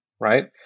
right